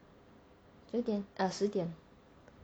九点 err 十点